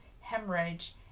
hemorrhage